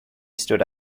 stood